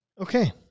Okay